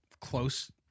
close